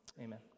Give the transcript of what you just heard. Amen